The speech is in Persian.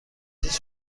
هیچ